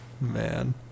man